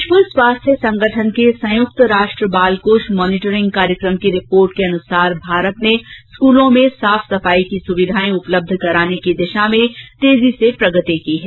विश्व स्वास्थ्य संगठन के संयुक्त राष्ट्र बाल कोष मॉनिटरिंग कार्यक्रम की रिपोर्ट के अनुसार भारत ने स्कूलों में साफ सफाई की सुविधाएं उपलब्ध कराने की दिशा में तेजी से प्रगति की है